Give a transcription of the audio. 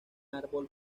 árbol